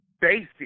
basic